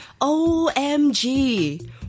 OMG